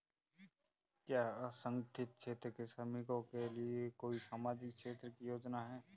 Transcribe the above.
क्या असंगठित क्षेत्र के श्रमिकों के लिए कोई सामाजिक क्षेत्र की योजना है?